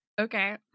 okay